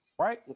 Right